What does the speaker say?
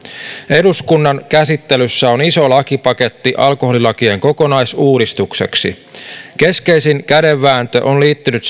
eduskunnan käsittelyssä on iso lakipaketti alkoholilakien kokonaisuudistukseksi keskeisin kädenvääntö on liittynyt